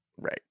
Right